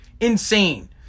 Insane